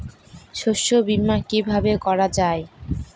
শস্য বীমা কিভাবে করা যায়?